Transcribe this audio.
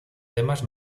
temas